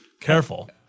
careful